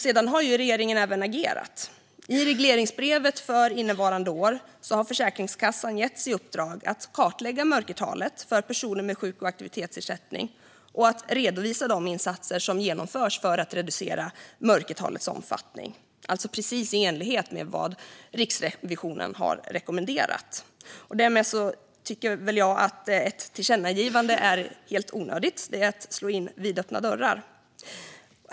Sedan har regeringen även agerat: I regleringsbrevet för innevarande år har Försäkringskassan getts i uppdrag att kartlägga mörkertalet för personer med sjuk och aktivitetsersättning och att redovisa de insatser som har genomförts för att reducera mörkertalets omfattning. Det är alltså precis i enlighet med vad Riksrevisionen har rekommenderat. Därmed tycker jag att ett tillkännagivande är helt onödigt. Det vore att slå in vidöppna dörrar.